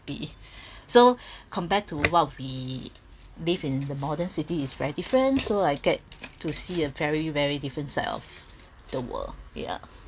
be so compared to what we live in the modern city is very different so I get to see a very very different side of the world ya